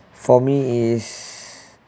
for me is